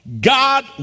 God